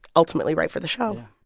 ultimately write for the show yeah.